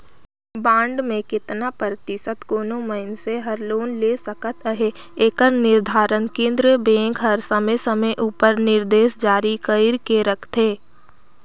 bond में केतना परतिसत कोनो मइनसे हर लोन ले सकत अहे एकर निरधारन केन्द्रीय बेंक हर समे समे उपर निरदेस जारी कइर के रखथे